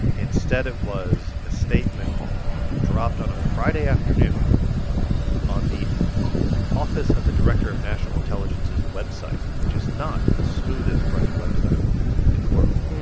instead, it was a statement dropped on a friday afternoon on the office of the director of national intelligence's website, which is not the smoothest running website in the world.